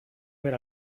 ver